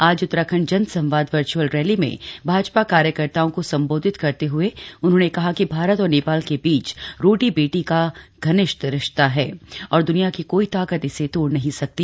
आज उत्तराखंड जन संवाद वर्च्अल रैली में भाजपा कार्यकर्ताओं को संबोधित करते हए उन्होंने कहा कि भारत और नेपाल के बीच रोटी बेटी का घनिष्ठ रिश्ता है और द्रनिया की कोई ताकत इसे तोड़ नहीं सकती